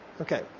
Okay